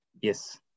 Yes